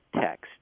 text